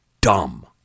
dumb